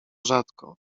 rzadko